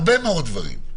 הרבה מאוד דברים.